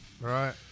Right